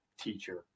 teacher